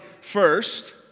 first